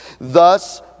Thus